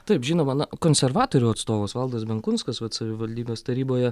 taip žinoma na konservatorių atstovas valdas benkunskas vat savivaldybės taryboje